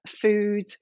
food